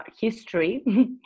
history